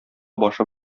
башы